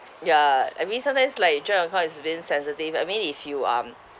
ya I mean sometimes like joint account is being sensitive I mean if you um